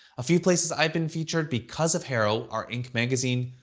a few places i've been featured because of haro are inc magazine,